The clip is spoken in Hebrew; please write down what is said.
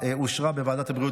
האופוזיציה תסייע,